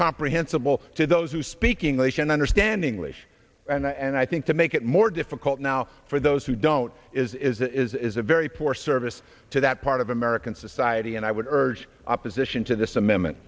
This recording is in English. comprehensible to those who speak english and understanding wish and i think to make it more difficult now for those who don't is a very poor service to that part of american society and i would urge opposition to this amendment